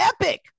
epic